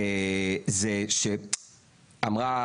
היא שאמרה,